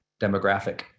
demographic